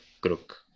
crook